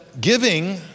giving